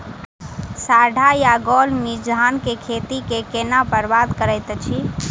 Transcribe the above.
साढ़ा या गौल मीज धान केँ खेती कऽ केना बरबाद करैत अछि?